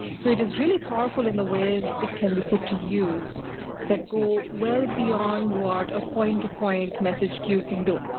so it is really powerful in the ways it can be put to use that go well beyond what to point-to-point message queue can do.